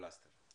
פלסטר,